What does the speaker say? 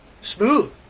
Smooth